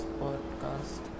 podcast